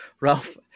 ralph